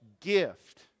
gift